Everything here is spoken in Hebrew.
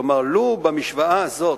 כלומר, לו במשוואה הזאת,